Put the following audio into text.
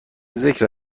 ذکر